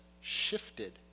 shifted